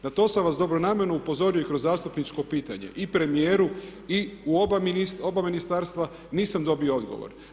Na to sam vas dobronamjerno upozorio i kroz zastupničko pitanje i premijeru i u oba ministarstva nisam dobio odgovor.